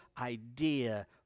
idea